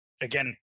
again